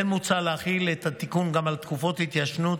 כמו כן מוצע להחיל את התיקון גם על תקופות התיישנות